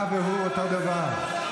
אתה והוא אותו דבר.